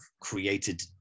created